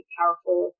powerful